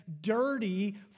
dirty